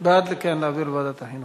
בעד, כן, להעביר לוועדת החינוך.